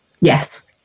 yes